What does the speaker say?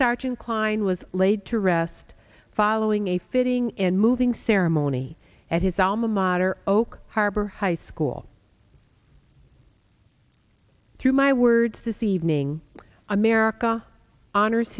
klein was laid to rest following a fitting and moving ceremony at his alma mater oak harbor high school through my words this evening america honors